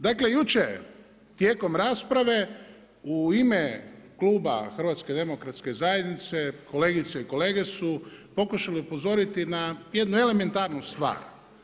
Dakle, jučer, tijekom rasprave u ime kluba HDZ-a, kolegice i kolege su pokušali upozoriti jednu elementarnu stvar.